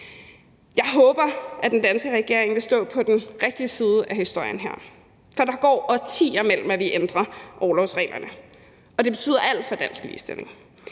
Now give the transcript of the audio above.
Jeg håber, at den danske regering står på den rigtige side af historien her, for der går årtier mellem, at vi ændrer orlovsreglerne, og det betyder alt for dansk ligestilling.